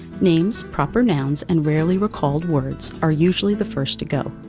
names, proper nouns, and rarely recalled words are usually the first to go,